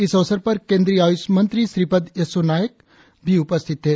इस अवसर पर केंद्रीय आयुष मंत्री श्रीपद येस्सों नाईक भी उपस्थित थे